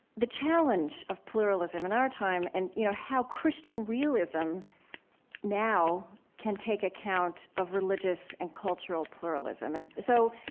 the challenge of pluralism in our time and you know how christian realism now can take account of religious and cultural pluralism. and so,